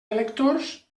electors